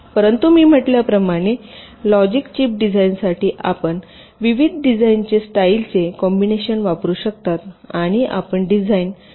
परंतु मी म्हटल्याप्रमाणे लॉजिक चिप डिझाइनसाठी आपण विविध डिझाईन्स स्टाईलचे कॉम्बिनेशन वापरू शकता आणि आपण डिझाइन रीयूज वापरू शकता